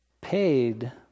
paid